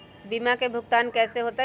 बीमा के भुगतान कैसे होतइ?